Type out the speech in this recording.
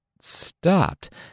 stopped